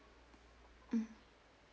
mm